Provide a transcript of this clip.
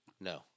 No